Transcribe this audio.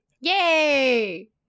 Yay